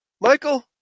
Michael